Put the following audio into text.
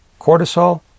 Cortisol